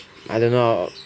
I don't know